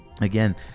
again